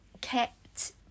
kept